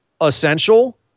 essential